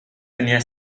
tenía